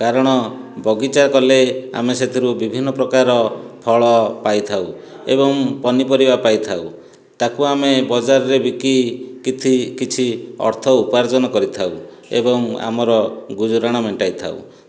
କାରଣ ବଗିଚା କଲେ ଆମେ ସେଥିରୁ ବିଭିନ୍ନ ପ୍ରକାରର ଫଳ ପାଇ ଥାଉ ଏବଂ ପନିପରିବା ପାଇ ଥାଉ ତାକୁ ଆମେ ବଜାରରେ ବିକି କିଛି କିଛି ଅର୍ଥ ଉପାର୍ଜନ କରିଥାଉ ଏବଂ ଆମର ଗୁଜୁରାଣ ମେଣ୍ଟାଇଥାଉ